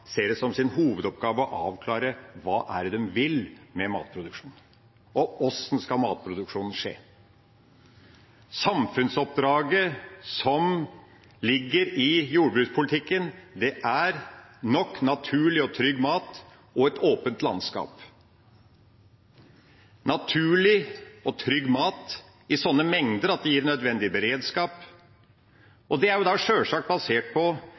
ser det som sin hovedoppgave å avklare hva det er de vil med matproduksjonen, og hvordan matproduksjonen skal skje. Samfunnsoppdraget som ligger i jordbrukspolitikken, er nok, naturlig og trygg mat og et åpent landskap – naturlig og trygg mat i slike mengder at det gir nødvendig beredskap. Det er sjølsagt basert på